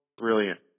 brilliant